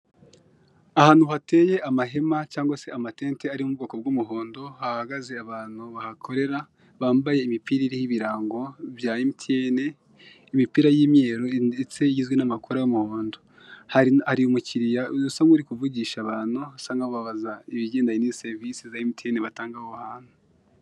Ahantu hateye amahema cyangwa se amatente ari mu bwoko bw'umuhondo. Hahagaze abantu bahakorera, bambaye imipira iriho ibirango bya Emutiyeni, imipira y' imyeru ndetse igizwe n' amakora y' umuhondo. Hari umukiriya usa nk' uri kuvugisha abantu, usa nk'ubabza ibigendanye n' iyi serivisi za Emutiyeni batanga aho hantu.